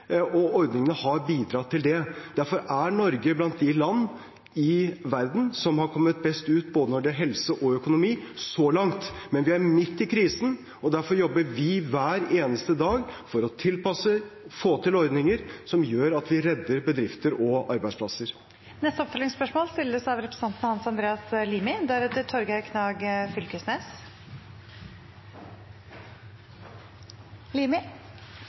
og ordningene har bidratt til det. Derfor er Norge blant de land i verden som har kommet best ut når det gjelder både helse og økonomi – så langt. Men vi er midt i krisen, og derfor jobber vi hver eneste dag for å tilpasse og få til ordninger som gjør at vi redder bedrifter og arbeidsplasser. Hans Andreas Limi – til oppfølgingsspørsmål.